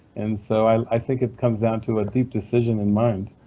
and so i think it comes down to a deep decision in mind.